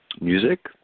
Music